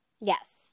yes